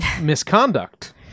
misconduct